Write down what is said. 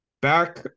back